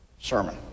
sermon